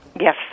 yes